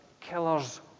killers